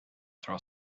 throw